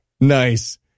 Nice